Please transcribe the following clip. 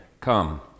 Come